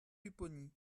pupponi